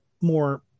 more